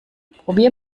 probier